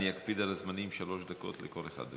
אני אקפיד על הזמנים, שלוש דקות לכל אחד.